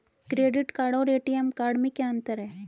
Credit card और ATM card में क्या अंतर है?